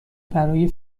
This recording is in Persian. برای